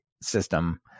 system